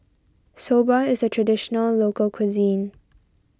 Soba is a Traditional Local Cuisine